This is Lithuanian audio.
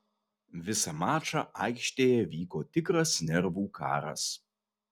visą mačą aikštėje vyko tikras nervų karas